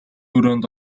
өрөөнд